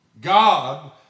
God